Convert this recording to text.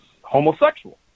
homosexual